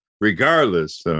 regardless